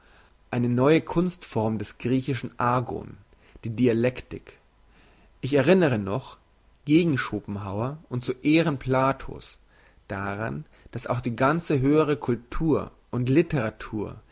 eine neue kunstform des griechischen agon die dialektik ich erinnere noch gegen schopenhauer und zu ehren plato's daran dass auch die ganze höhere cultur und litteratur